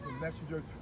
messenger